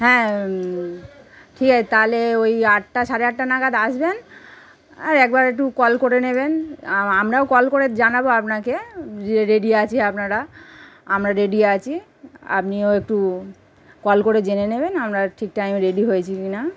হ্যাঁ ঠিক আছে তাহলে ওই আটটা সাড়ে আটটা নাগাদ আসবেন আর একবার একটু কল করে নেবেন আমরাও কল করে জানাবো আপনাকে যে রেডি আছি আপনারা আমরা রেডি আছি আপনিও একটু কল করে জেনে নেবেন আমরা ঠিক টাইমে রেডি হয়েছি কি না